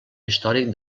històric